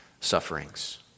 sufferings